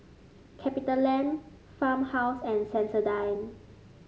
Capitaland Farmhouse and Sensodyne